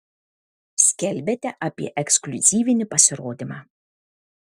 skelbiate apie ekskliuzyvinį pasirodymą